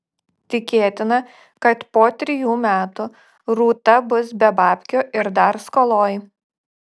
tikėtina kad po trijų metų rūta bus be babkių ir dar skoloj